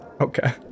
Okay